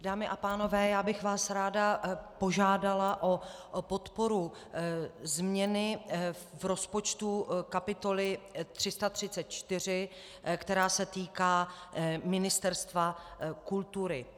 Dámy a pánové, já bych vás ráda požádala o podporu změny v rozpočtu kapitoly 334, která se týká Ministerstva kultury.